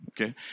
Okay